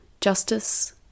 justice